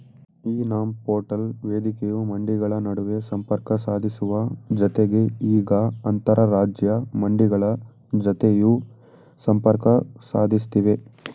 E NAM portal ವೇದಿಕೆಯು ಮಂಡಿಗಳ ನಡುವೆ ಸಂಪರ್ಕ ಸಾಧಿಸುವ ಜತೆಗೆ ಈಗ ಅಂತರರಾಜ್ಯ ಮಂಡಿಗಳ ಜತೆಯೂ ಸಂಪರ್ಕ ಸಾಧಿಸ್ತಿವೆ